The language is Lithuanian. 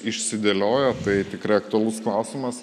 išsidėliojo tai tikrai aktualus klausimas